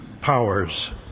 powers